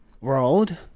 world